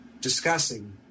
discussing